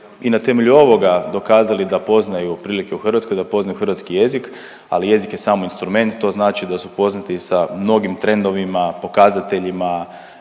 i na temelju ovoga dokazali da poznaju prilike u Hrvatskoj, da poznaju hrvatski jezik, ali jezik je samo instrument. To znači da su upoznati sa mnogim trendovima, pokazateljima